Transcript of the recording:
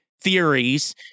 theories